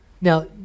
Now